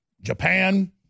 Japan